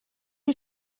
you